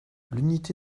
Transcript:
l’unité